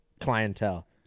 clientele